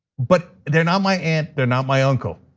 but they're not my aunt, they're not my uncle.